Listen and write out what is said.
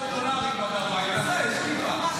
היו דולרים בגרביים, לך יש כיפה.